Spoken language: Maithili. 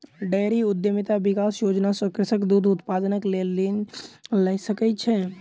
डेयरी उद्यमिता विकास योजना सॅ कृषक दूध उत्पादनक लेल ऋण लय सकै छै